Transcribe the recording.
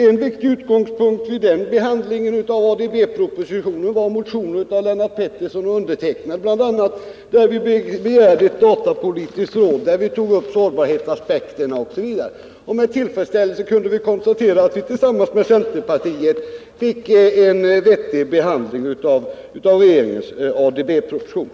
En viktig utgångspunkt vid behandlingen av ADB-propositionen var bl.a. en motion som väckts av Lennart Pettersson och mig och i vilken vi begärde ett datapolitiskt råd, tog upp sårbarhetsaspekterna osv. Med tillfredsställelse kunde vi då konstatera att vi tillsammans med centerpartiets representanter fick en vettig behandling av regeringens ADB-proposition.